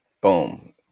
Boom